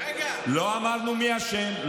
מי אשם.